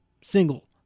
Single